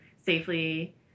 safely